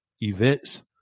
events